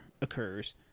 occurs